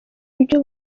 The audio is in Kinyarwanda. buryo